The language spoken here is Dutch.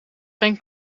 geen